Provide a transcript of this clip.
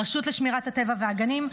רשות הטבע והגנים,